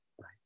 right